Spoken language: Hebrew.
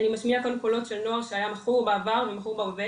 אני משמיעה כאן קולות של נוער שהיה מכור בעבר ובהווה,